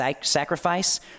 sacrifice